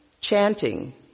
chanting